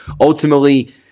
ultimately